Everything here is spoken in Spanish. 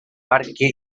parque